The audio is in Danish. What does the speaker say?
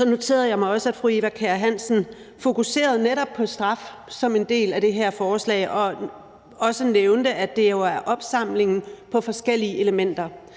noterede jeg mig også, at fru Eva Kjer Hansen netop fokuserede på straf som en del af det her forslag og også nævnte, at det jo er opsamlingen på forskellige elementer.